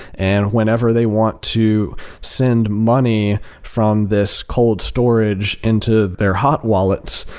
and whenever they want to send money from this cold storage into their hot wallets,